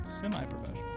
semi-professional